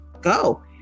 go